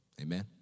Amen